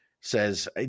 says